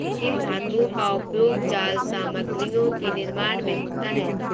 किन धातुओं का उपयोग जाल सामग्रियों के निर्माण में होता है?